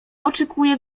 oczekuję